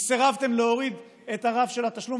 כי סירבתם להוריד את הרף של התשלום,